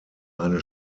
eine